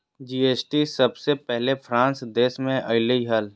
GST सबसे पहले France देश मे अइले हल